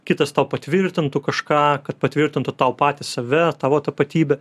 kitas tau patvirtintų kažką kad patvirtintų tau patį save tavo tapatybę